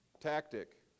tactic